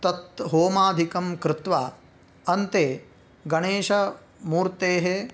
तत् होमादिकं कृत्वा अन्ते गणेशमूर्तेः